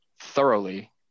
thoroughly